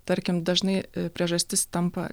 tarkim dažnai priežastis tampa